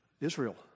Israel